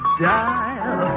dial